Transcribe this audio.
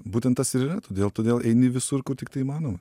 būtent tas ir yra todėl todėl eini visur kur tiktai įmanoma